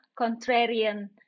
contrarian